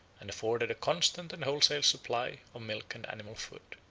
and afforded a constant and wholesale supply of milk and animal food.